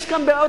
יש כאן בעיות,